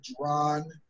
drawn